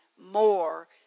more